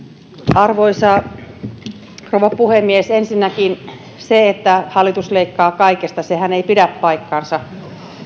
arvoisa rouva puhemies ensinnäkin sehän että hallitus leikkaa kaikesta ei pidä paikkaansa